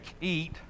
eat